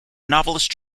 novelist